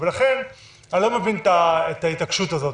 ולכן אני לא מבין את ההתעקשות הזאת.